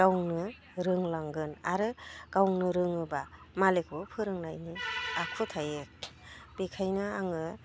गावनो रोंलांगोन आरो गावनो रोङोब्ला मालायखौबो फोरोंनायनि आखु थायो बेखायनो आङो